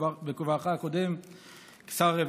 בכובעך הקודם כשר הרווחה,